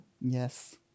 Yes